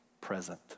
present